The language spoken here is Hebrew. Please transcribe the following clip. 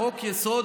חוק-יסוד,